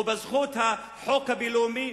או בזכות החוק הבין-לאומי,